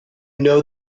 know